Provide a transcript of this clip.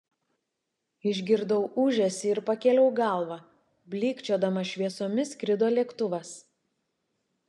išgirdau ūžesį ir pakėliau galvą blykčiodamas šviesomis skrido lėktuvas